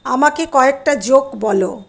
আমাকে কয়েকটা জোক বলো